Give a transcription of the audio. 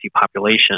population